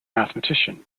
mathematician